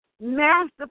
master